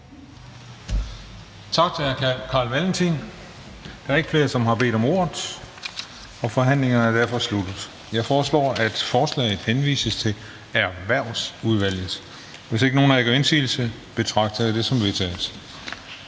Tak til hr. Carl Valentin. Da der ikke er flere, som har bedt om ordet, er forhandlingerne derfor sluttet. Jeg foreslår, at forslaget henvises til Erhvervsudvalget. Hvis ikke nogen af jer gør indsigelse, betragter jeg det som vedtaget.